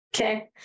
Okay